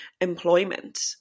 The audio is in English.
employment